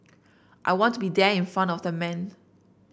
I want to be there in front of the man